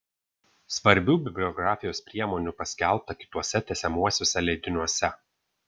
svarbių bibliografijos priemonių paskelbta kituose tęsiamuosiuose leidiniuose